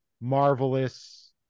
Marvelous